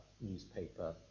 newspaper